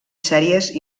sèries